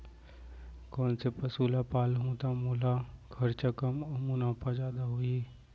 कोन से पसु ला पालहूँ त मोला खरचा कम अऊ मुनाफा जादा होही?